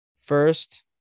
first